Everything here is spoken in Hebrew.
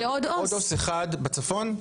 עוד עו״ס אחד בצפון?